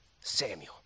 Samuel